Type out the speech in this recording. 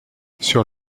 sur